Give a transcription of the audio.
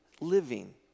living